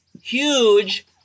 huge